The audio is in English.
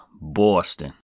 Boston